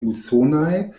usonaj